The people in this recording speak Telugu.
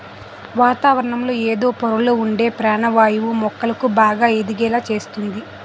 వాతావరణంలో ఎదో పొరల్లొ ఉండే పానవాయువే మొక్కలు బాగా ఎదిగేలా సేస్తంది